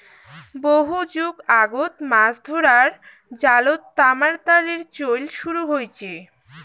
বহু যুগ আগত মাছ ধরার জালত তামার তারের চইল শুরু হইচে